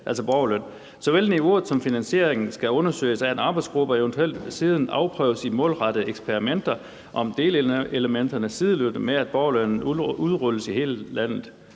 alle (borgerløn). Såvel niveau som finansiering skal undersøges af en arbejdsgruppe og eventuelt siden afprøves i målrettede eksperimenter om delelementer sideløbende med, at borgerløn udrulles i hele landet.«